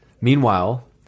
Meanwhile